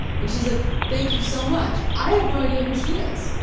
and she's like, thank you so much. i have no idea who she is.